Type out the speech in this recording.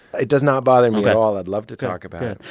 it does not bother me at all. i'd love to talk about it